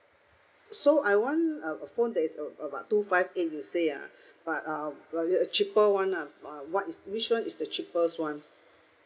so I want a a phone that is uh about two five eight you say ha but uh cheaper [one] lah uh what is which one is the cheapest [one]